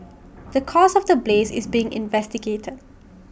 the cause of the blaze is being investigated